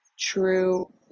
true